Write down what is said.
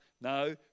No